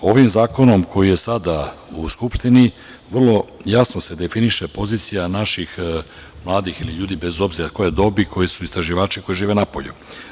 Ovim zakonom, koji je sada u Skupštini, vrlo jasno se definiše pozicija naših mladih ili ljudi, bez obzira koje dobi, koji su istraživači koji žive napolju.